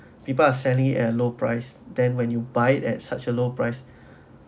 people are selling at low price then when you buy at such a low price